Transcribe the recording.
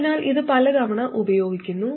അതിനാൽ ഇത് പല തവണ ഉപയോഗിക്കുന്നു